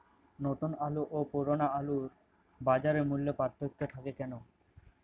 নতুন আলু ও পুরনো আলুর বাজার মূল্যে পার্থক্য থাকে কেন?